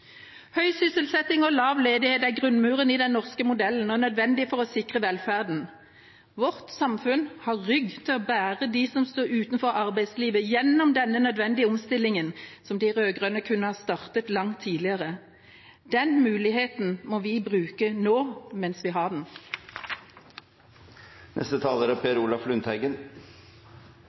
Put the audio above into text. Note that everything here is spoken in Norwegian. Høy sysselsetting og lav ledighet er grunnmuren i den norske modellen og nødvendig for å sikre velferden. Vårt samfunn har rygg til å bære dem som står utenfor arbeidslivet gjennom denne nødvendige omstillinga, som de rød-grønne kunne ha startet langt tidligere. Den muligheten må vi bruke nå mens vi har den.